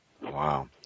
Wow